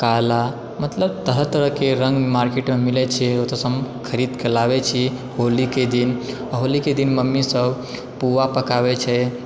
काला मतलब तरह तरह के रङ्ग मार्केटमे मिलै छै ओतऽसँ हम खरीदके लाबै छी होली के दिन आ होली के दिन मम्मी सभ पूआ पकाबै छै